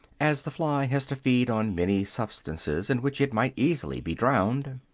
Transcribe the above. as the fly has to feed on many substances in which it might easily be drowned,